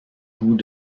goût